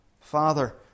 Father